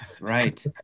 Right